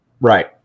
Right